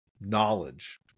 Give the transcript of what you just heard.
knowledge